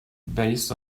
based